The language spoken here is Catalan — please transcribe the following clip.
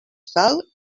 sal